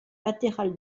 latéral